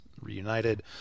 Reunited